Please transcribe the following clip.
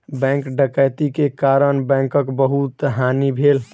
bank डकैती के कारण बैंकक बहुत हानि भेल